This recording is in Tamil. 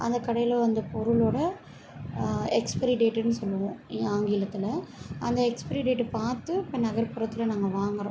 அந்த கடையில் வந்து பொருளோடய எக்ஸ்பிரி டேட்டுன்னு சொல்லுவோம் ஆங்கிலத்தில் அந்த எக்ஸ்பிரி டேட்டு பார்த்து இப்போ நகர்புறத்தில் நாங்கள் வாங்கிறோம்